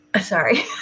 Sorry